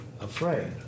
afraid